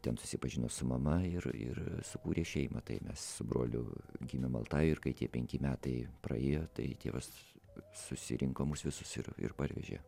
ten susipažino su mama ir ir sukūrė šeimą tai mes su broliu gimėm altajuj ir kai tie penki metai praėjo tai tėvas susirinko mus visus ir ir parvežė